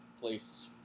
place